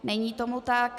Není tomu tak.